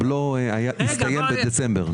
הבלו הסתיים בדצמבר.